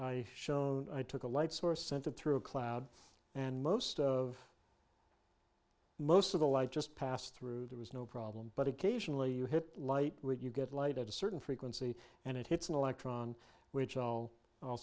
i shown i took a light source centered through a cloud and most of most of the light just passed through there was no problem but occasionally you hit light when you get light at a certain frequency and it hits an electron which all